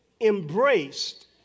embraced